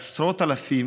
שהם עשרות אלפים,